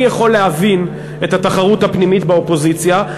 אני יכול להבין את התחרות הפנימית באופוזיציה,